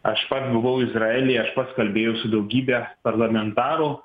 aš pats buvau izraely aš pats kalbėjau su daugybe parlamentarų